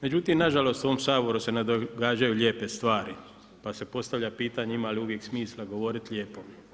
Međutim, na žalost u ovom Saboru se ne događaju lijepe stvari pa se postavlja pitanje ima li uvijek smisla govoriti lijepo?